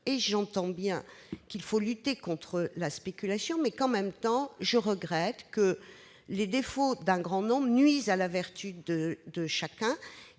OP. Je sais qu'il faut lutter contre la spéculation, mais en même temps je regrette que les défauts d'un grand nombre nuisent à la vertu de certains.